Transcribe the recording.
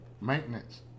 Maintenance